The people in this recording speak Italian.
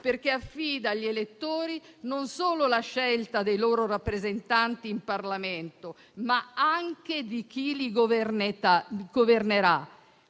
perché affida agli elettori la scelta non solo dei loro rappresentanti in Parlamento, ma anche di chi li governerà.